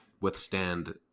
withstand